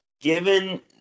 given